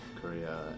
Korea